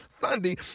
Sunday